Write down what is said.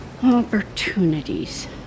Opportunities